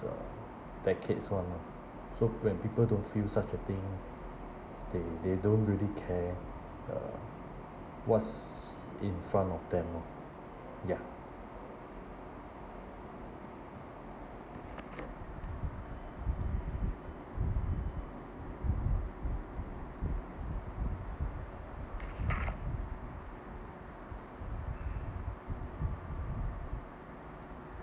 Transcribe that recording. uh decades [one] ah so when people don't feel such a thing they they don't really care uh what's in front of them loh ya